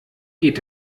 geht